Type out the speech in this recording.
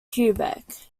quebec